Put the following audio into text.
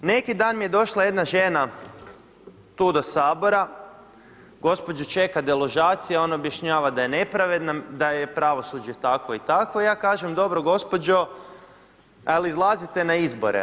Neki dan mi je došla jedna žena tu do Sabora, gospođu čeka deložacija, ona objašnjava da je nepravedna, da je pravosuđe takvo i takvo, ja kažem dobro gospođo ali je li izlazite na izbore.